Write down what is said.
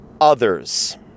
Others